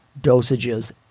dosages